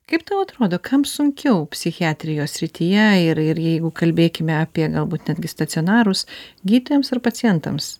kaip tau atrodo kam sunkiau psichiatrijos srityje ir ir jeigu kalbėkime apie galbūt netgi stacionarūs gydytojams ar pacientams